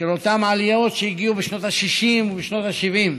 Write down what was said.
של אותן עליות, שהגיע בשנות ה-60 ובשנות ה-70.